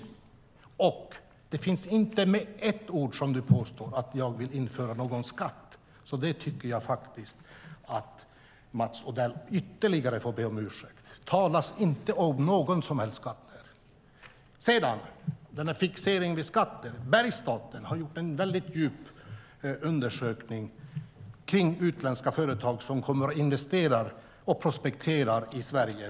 Där sägs inte med ett ord, vilket Mats Odell påstår, att jag vill införa en skatt. Det tycker jag att Mats Odell också får be om ursäkt för. Det talas inte om någon som helst skatt där. När det gäller fixeringen vid skatter vill jag nämna att Bergsstaten har gjort en grundlig undersökning av utländska företag som investerar och prospekterar i Sverige.